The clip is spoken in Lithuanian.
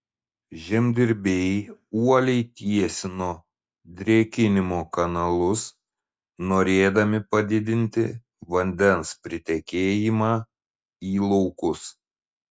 žemdirbiai uoliai tiesino drėkinimo kanalus norėdami padidinti vandens pritekėjimą į laukus